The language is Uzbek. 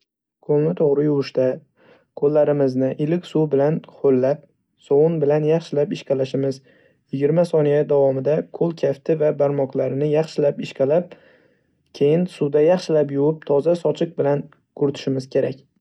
Qo'lni to'g'ri yuvishda qo'llarimizni iliq suv bilan ho'llab, sovun bilan yaxshilab ishqalashimiz. Yigirma soniya davomida qo'l kafti va barmoqlarni yaxshilab ishqalab, keyin suvda yaxshilab yuvib, toza sochiq bilan quritishimiz kerak!